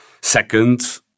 Second